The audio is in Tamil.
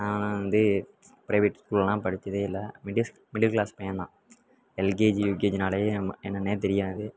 நான் வந்து ப்ரைவேட் ஸ்கூலெல்லாம் படித்ததே இல்லை மிடில் மிடில் க்ளாஸ் பையன்தான் எல்கேஜி யூகேஜினாலே நம்ம என்னென்னே தெரியாது